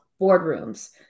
boardrooms